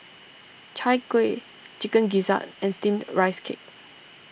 Chai Kuih Chicken Gizzard and Steamed Rice Cake